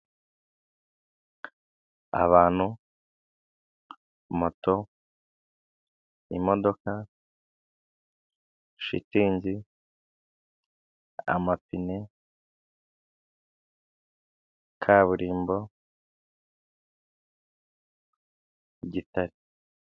Abantu, moto, imodoka, shitingi, amapine, kaburimbo, igitare.